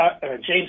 James